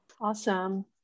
Awesome